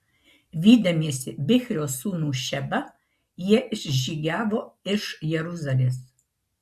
vydamiesi bichrio sūnų šebą jie išžygiavo iš jeruzalės